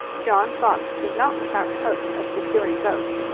john fox was not without hopes of securing both.